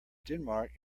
denmark